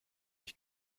ich